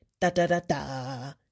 da-da-da-da